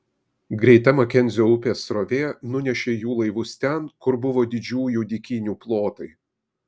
greita makenzio upės srovė nunešė jų laivus ten kur buvo didžiųjų dykynių plotai